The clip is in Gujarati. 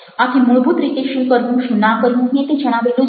આથી મૂળભૂત રીતે શું કરવું શું ના કરવું મેં તે જણાવેલું જ છે